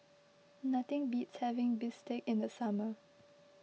nothing beats having Bistake in the summer